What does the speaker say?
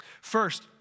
First